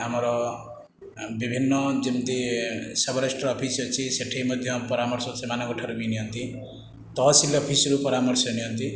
ଆମର ବିଭିନ୍ନ ଯେମିତି ସବ ରେଜିଷ୍ଟର ଅଫିସ୍ ଅଛି ସେଠି ମଧ୍ୟ ପରାମର୍ଶ ସେମାନଙ୍କଠାରୁ ବି ନିଅନ୍ତି ତହସିଲ ଅଫିସରୁ ପରାମର୍ଶ ନିଅନ୍ତି